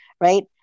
Right